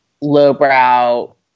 lowbrow